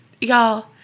Y'all